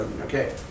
Okay